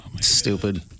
stupid